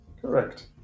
correct